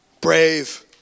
brave